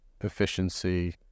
efficiency